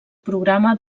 programa